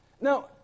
Now